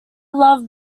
loved